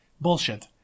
bullshit